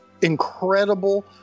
incredible